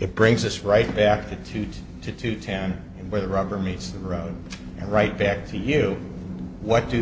it brings us right back in two thousand to two ten and where the rubber meets the road and right back to you what do